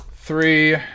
three